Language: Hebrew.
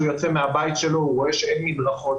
יוצא מהבית שלו הוא רואה שאין מדרכות,